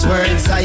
Words